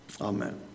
Amen